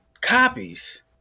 copies